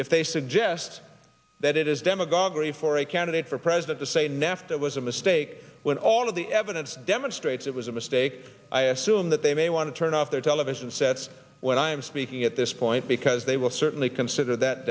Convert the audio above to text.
if they suggest that it is demagoguery for a candidate for president to say nafta was a mistake when all of the evidence demonstrates it was a mistake i assume that they may want to turn off their television sets when i'm speaking at this point because they will certainly consider that